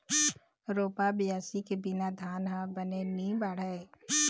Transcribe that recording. रोपा, बियासी के बिना धान ह बने नी बाढ़य